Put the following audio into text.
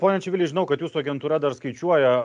pone čivili žinau kad jūsų agentūra dar skaičiuoja